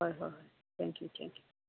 ꯍꯣꯏ ꯍꯣꯏ ꯍꯣꯏ ꯊꯦꯡ ꯌꯨ ꯊꯦꯡ ꯌꯨ